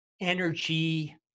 energy